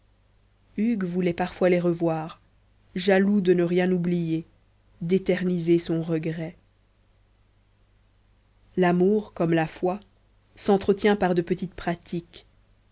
hugues voulait parfois les revoir jaloux de ne rien oublier d'éterniser son regret l'amour comme la foi s'entretient par de petites pratiques